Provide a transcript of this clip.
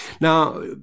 Now